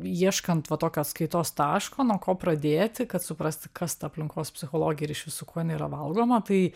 ieškant va tokio atskaitos taško nuo ko pradėti kad suprasti kas ta aplinkos psichologija ir išvis su kuo jinai yra valgoma tai